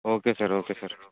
okay sir okay sir